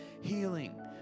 healing